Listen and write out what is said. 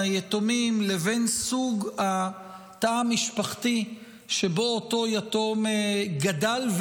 היתומים לבין סוג התא המשפחתי שבו אותו יתום גדל,